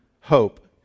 hope